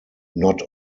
not